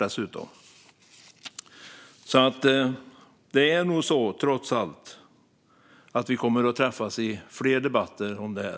Det är nog tyvärr så, trots allt, att vi kommer att träffas i fler debatter om det här.